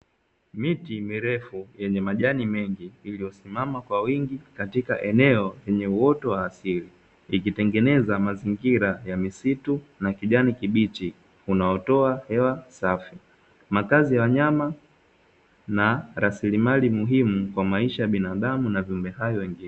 Miti mirefu yenye majani mengi iliyosimama kwa wingi katika eneo lenye uoto wa asili, ikitengeneza mazingira ya misitu na kijani kibichi unaotoa hewa safi makazi ya wanyama na rasilimali muhimu kwa maisha ya binadamu na viumbe hai nje.